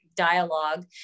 Dialogue